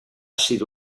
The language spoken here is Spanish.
sido